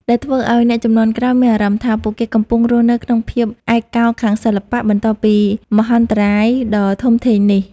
ដែលធ្វើឲ្យអ្នកជំនាន់ក្រោយមានអារម្មណ៍ថា ពួកគេកំពុងរស់នៅក្នុងភាពឯកោខាងសិល្បៈ បន្ទាប់ពីមហន្តរាយដ៏ធំធេងនេះ។